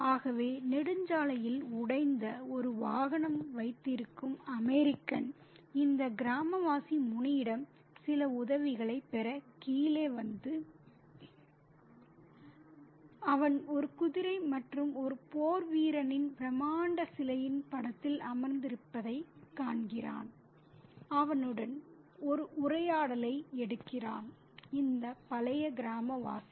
ஆகவே நெடுஞ்சாலையில் உடைந்த ஒரு வாகனம் வைத்திருக்கும் அமெரிக்கன் இந்த கிராமவாசி முனியிடம் சில உதவிகளைப் பெற கீழே வந்து அவன் ஒரு குதிரை மற்றும் ஒரு போர்வீரனின் பிரமாண்ட சிலையின் பீடத்தில் அமர்ந்திருப்பதைக் காண்கிறான் அவனுடன் ஒரு உரையாடலை எடுக்கிறான் இந்த பழைய கிராமவாசி